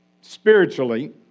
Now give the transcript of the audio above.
spiritually